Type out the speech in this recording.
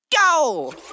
go